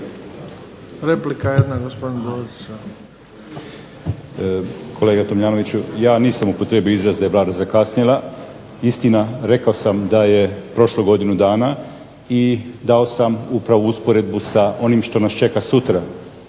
Replika jedna gospodin Dorić.